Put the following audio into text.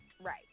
Right